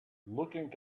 looking